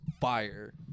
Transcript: fire